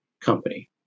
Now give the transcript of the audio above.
company